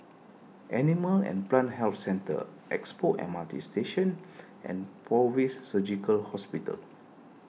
Animal and Plant Health Centre Expo M R T Station and fortis Surgical Hospital